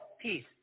peace